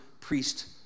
priest